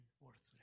worthless